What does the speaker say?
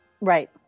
Right